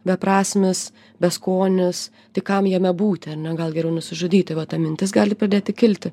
beprasmis beskonis tai kam jame būti ar ne gal geriau nusižudyti va ta mintis gali padėti kilti